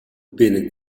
binne